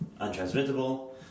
untransmittable